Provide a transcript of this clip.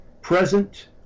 present